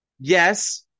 yes